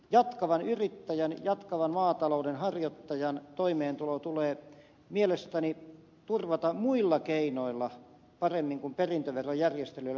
jatkavan yrittäjän jatkavan maatalouden harjoittajan toimeentulo tulee mielestäni turvata muilla keinoilla kuin perintöverojärjestelyillä